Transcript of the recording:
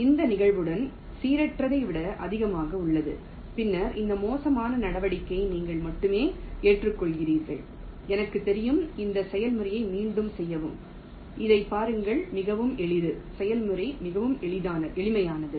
எனவே இந்த நிகழ்தகவுடன் சீரற்றதை விட அதிகமாக உள்ளது பின்னர் இந்த மோசமான நடவடிக்கையை நீங்கள் மட்டுமே ஏற்றுக்கொள்கிறீர்கள் எனக்குத் தெரியும் இந்த செயல்முறையை மீண்டும் செய்யவும் இதைப் பாருங்கள் மிகவும் எளிது செயல்முறை மிகவும் எளிமையானது